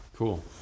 Cool